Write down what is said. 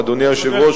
אדוני היושב-ראש,